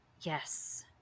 yes